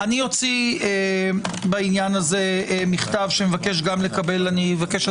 אני אוציא בעניין הזה מכתב שמבקש גם לקבל אבקש,